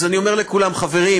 אז אני אומר לכולם: חברים,